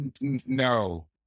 No